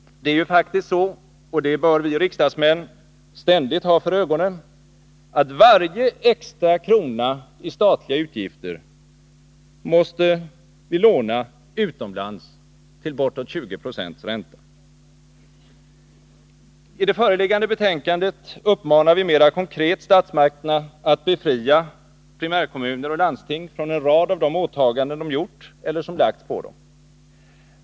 Det är faktiskt så — och det bör vi riksdagsmän ständigt ha för ögonen — att varje extra krona i statliga utgifter måste vi låna utomlands till bortåt 20 96 ränta. I det föreliggande betänkandet uppmanar vi mera konkret statsmakterna att befria primärkommuner och landsting från en rad av de åtaganden de gjort eller som lagts på dem.